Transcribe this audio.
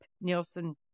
Nielsen